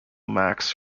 max